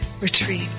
Retreat